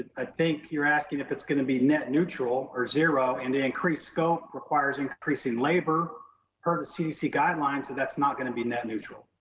i think you're asking if it's gonna be net neutral or zero, and they increase scope requires increasing labor per the cdc guidelines. so that's not gonna be net neutral.